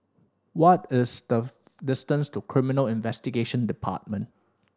what is the distance to Criminal Investigation Department